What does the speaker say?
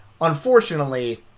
unfortunately